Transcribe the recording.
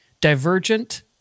divergent